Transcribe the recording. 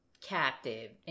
captive